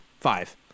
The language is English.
Five